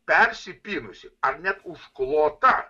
persipynusi ar net užklota